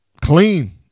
Clean